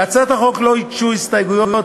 להצעת החוק לא הוגשו הסתייגויות,